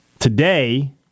Today